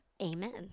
Amen